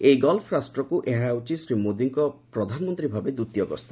ଏହି ଗଲ୍ଫ ରାଷ୍ଟ୍ରକୁ ଏହା ହେଉଛି ଶ୍ରୀ ମୋଦିଙ୍କ ପ୍ରଧାନମନ୍ତ୍ରୀ ଭାବେ ଦ୍ୱିତୀୟ ଗସ୍ତ